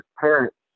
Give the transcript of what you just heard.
parents